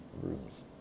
rooms